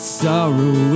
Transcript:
sorrow